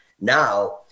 now